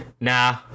nah